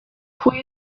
pwy